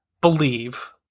believe